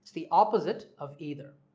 the opposite of either.